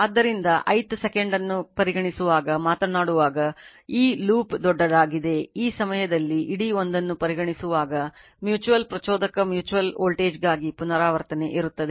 ಆದ್ದರಿಂದ ith second ಅನ್ನು ಪರಿಗಣಿಸುವಾಗ ಮಾತನಾಡುವಾಗ ಈ ಲೂಪ್ ದೊಡ್ಡದಾಗಿದೆ ಆ ಸಮಯದಲ್ಲಿ ಇಡೀ ಒಂದನ್ನು ಪರಿಗಣಿಸುವಾಗ ಮ್ಯೂಚುವಲ್ ಪ್ರಚೋದಕ ಮ್ಯೂಚುವಲ್ ವೋಲ್ಟೇಜ್ಗಾಗಿ ಪುನರಾವರ್ತನೆ ಇರುತ್ತದೆ